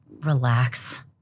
relax